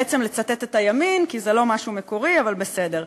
בעצם לצטט את הימין, כי זה משהו מקורי, אבל בסדר,